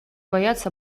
боятся